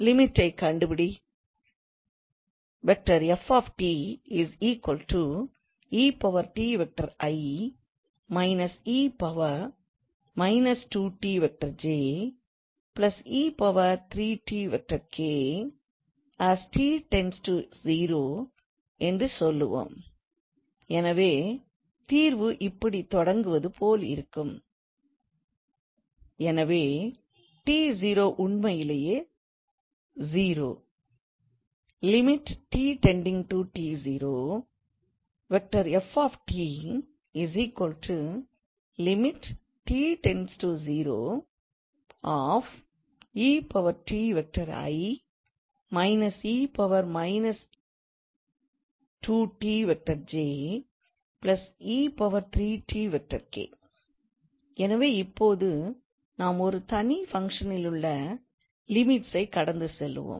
லிமிட்டை கண்டுபிடி 𝑓⃗𝑡 𝑒𝑡𝑖̂ − 𝑒−2𝑡𝑗̂ 𝑒3𝑡𝑘̂ as 𝑡 → 0 என்று சொல்வோம் எனவே தீர்வு இப்படி தொடங்குவது போலிருக்கும் எனவே 𝑡0 உண்மையிலேயே 0 எனவே இப்போது நாம் ஒரு தனி ஃபங்க்ஷனிலுள்ள லிமிட்ஸ்ஐ கடந்து செல்வோம்